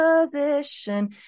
position